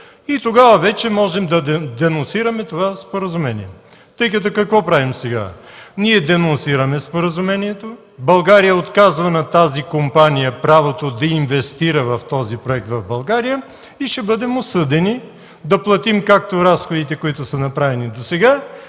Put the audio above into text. и тогава вече можем да денонсираме това споразумение, тъй като какво правим сега? Ние денонсираме споразумението. България отказва на тази компания правото да инвестира в този проект в България и ще бъдем осъдени да платим както разходите, които са направени досега,